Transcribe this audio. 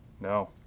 No